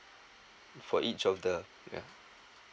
for each of the yeah